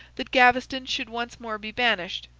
that gaveston should once more be banished,